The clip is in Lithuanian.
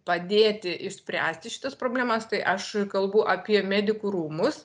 padėti išspręsti šitas problemas tai aš kalbu apie medikų rūmus